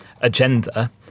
agenda